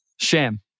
Sham